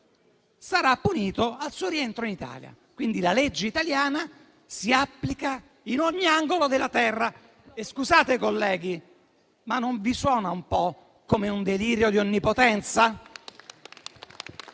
sarà punito al suo rientro in Italia. Quindi la legge italiana si applica in ogni angolo della terra. Scusate, colleghi, ma non vi suona un po' come un delirio di onnipotenza?